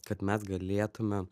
kad mes galėtume